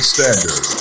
Standard